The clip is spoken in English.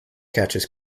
catches